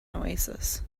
oasis